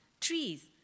trees